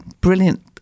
brilliant